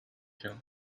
here